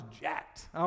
jacked